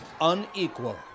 unequal